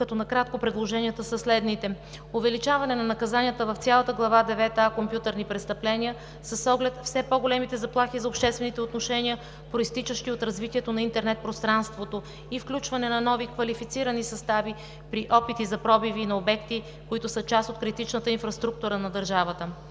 като накратко предложенията са следните: увеличаване на наказанията в цялата Глава девета „Компютърни престъпления“ с оглед все по-големите заплахи за обществените отношения, произтичащи от развитието на интернет пространството и включване на нови квалифицирани състави при опити за пробиви на обекти, които са част от критичната инфраструктура на държавата.